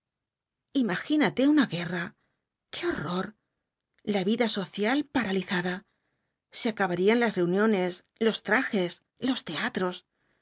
imagínate una guerra qué horror la vida social paralizada se acabarían las reuniones los trajes los teatros